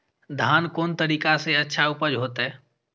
धान कोन तरीका से अच्छा उपज होते?